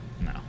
No